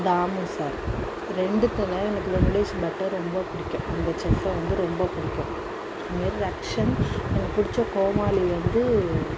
Damu sir ரெண்டுத்துல எனக்கு வெங்கடேஷ் பட்டை எனக்கு ரொம்ப பிடிக்கும் அந்த செஃப்பை வந்து ரொம்ப பிடிக்கும் அந்தமாரி ரக்ஷன் எனக்கு பிடிச்ச கோமாளி வந்து